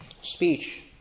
speech